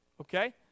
okay